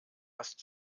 rast